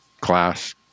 class